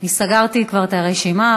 אני כבר סגרתי את הרשימה,